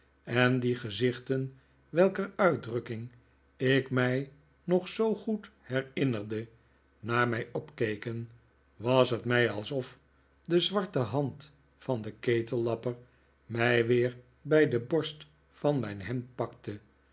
en die gezichten welker uitdrukking ik mij nog zoo goed herinnerde naar mij opkeken was het mij alsof de zwarte hand van den ketellapper mij weer bij de borst van mijn hemd pakte